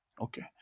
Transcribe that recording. Okay